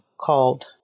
called